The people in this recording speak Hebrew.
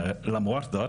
למרות זאת,